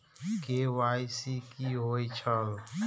KYC कि होई छल?